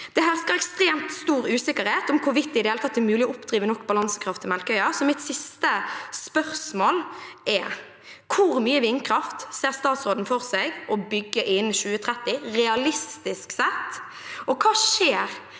Det hersker ekstremt stor usikkerhet om hvorvidt det i det hele tatt er mulig å oppdrive nok balansekraft til Melkøya. Mitt siste spørsmål er: Hvor mye vindkraft ser statsråden for seg å bygge innen 2030, realistisk sett, og hva skjer